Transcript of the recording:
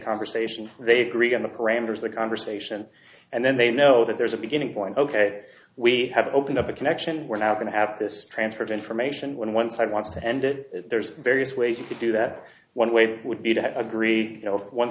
conversation they greet on the parameters of the conversation and then they know that there's a beginning point ok we have opened up a connection we're now going to have this transfer of information when one side wants to end it there's various ways you could do that one way would be to have agree